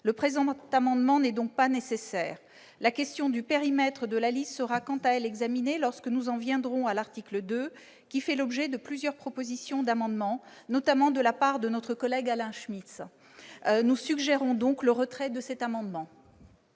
Le présent amendement n'est donc pas nécessaire. La question du périmètre de la liste sera, quant à elle, examinée lorsque nous en viendrons à l'article 2, qui fait l'objet de plusieurs propositions d'amendements, notamment de la part de notre collègue Alain Schmitz. Nous suggérons donc le retrait de cet amendement.